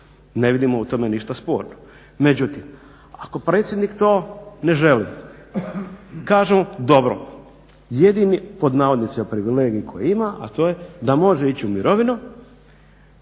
Ne vidimo u tome ništa sporno. Međutim, ako predsjednik to ne želi kažemo mu dobro, jedini pod navodnicima "privilegij" koji ima, a to je da može ići u mirovinu,